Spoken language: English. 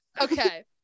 Okay